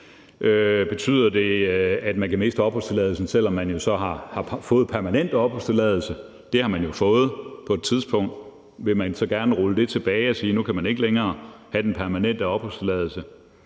Betyder det, at man kan miste opholdstilladelsen, selv om man jo så har fået permanent opholdstilladelse? Det har man jo fået på et tidspunkt. Vil man så gerne rulle det tilbage og sige, at nu kan man ikke længere have den permanente opholdstilladelse?